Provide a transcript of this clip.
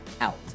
out